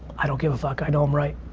i don't give a fuck, i know i'm right.